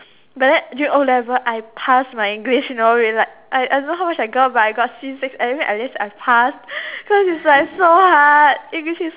but then during O-level I passed my English you know I I don't know how much I get but I got C six anyway at least I passed cause it's like so hard English is